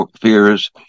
fears